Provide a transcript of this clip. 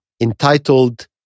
entitled